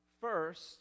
first